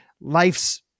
life's